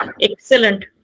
excellent